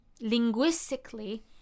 linguistically